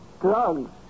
Drugs